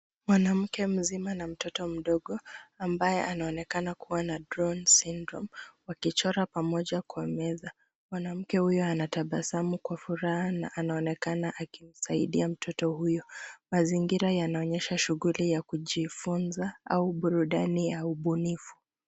Mwanamke mzima na mtoto mdogo ambaye anaonekana kuwa na down syndrome wakichora pamoja kwa meza. Mwanamke huyo anatabasamu kwa furaha na anaonekana akimsaidia mtoto huyo. Mazingira yanaonekana shughuli ya kujifunza au burudani ya ubunifu.